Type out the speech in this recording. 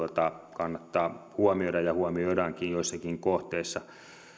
kannattaa huomioida ja huomioidaankin joissakin kohteissa